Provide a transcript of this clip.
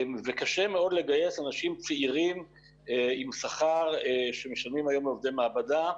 קשה מאוד לגייס אנשים צעירים עם שכר שמשלמים היום לעובדי מעבדה.